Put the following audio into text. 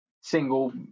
single